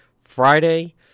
friday